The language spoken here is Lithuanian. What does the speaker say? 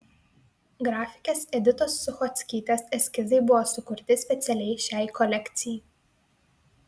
grafikės editos suchockytės eskizai buvo sukurti specialiai šiai kolekcijai